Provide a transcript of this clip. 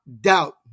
doubt